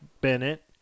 Bennett